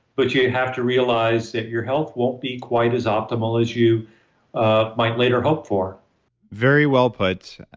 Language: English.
but you have to realize that your health won't be quite as optimal as you ah might later hope for very well put.